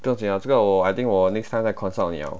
这怎么这个 wor I think 我 next time 在你哦